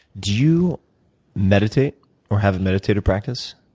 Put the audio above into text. do you meditate or have a meditative practice?